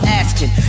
asking